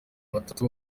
batatu